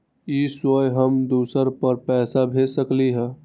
इ सेऐ हम दुसर पर पैसा भेज सकील?